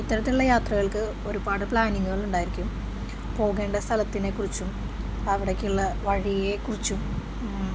ഇത്തരത്തിലുള്ള യാത്രകൾക്ക് ഒരുപാട് പ്ലാനിങ്ങുകളുണ്ടായിരിക്കും പോകേണ്ട സ്ഥലത്തെക്കുറിച്ചും അവിടേക്കുള്ള വഴിയെക്കുറിച്ചും